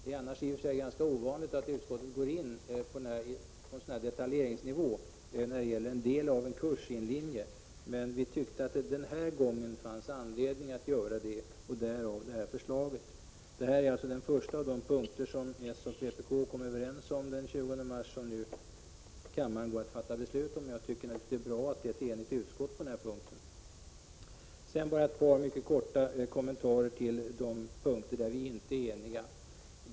Det är i och för sig ganska ovanligt att utskottet går in på en sådan här detaljeringsnivå när det gäller en del av en kurs i en linje, men vi tyckte att den här gången fanns det anledning att göra det. Därav det förslag som föreligger. Det är den första av de punkter som socialdemokraterna och vpk kom överens om den 20 mars och som kammaren nu går att fatta beslut om. Jag tycker att det är bra att det är ett enigt utskott på den punkten. Sedan ett par kommentarer till det som vi inte är eniga om.